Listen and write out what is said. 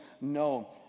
No